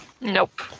Nope